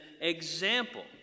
example